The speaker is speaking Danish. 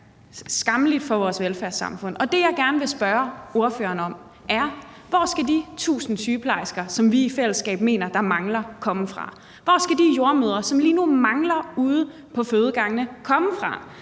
skammeligt for vores velfærdssamfund. Det, jeg gerne vil spørge ordføreren om, er: Hvor skal de tusind sygeplejersker, som vi i fællesskab mener der mangler, komme fra? Hvor skal de jordemødre, som lige nu mangler ude på fødegangene, komme fra?